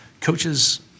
Coaches